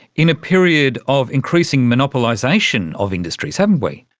in a period of increasing monopolisation of industries, haven't we.